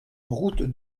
route